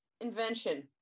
invention